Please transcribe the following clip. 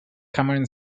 cameron